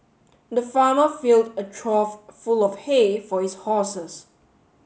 the farmer filled a trough full of hay for his horses